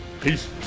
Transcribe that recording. Peace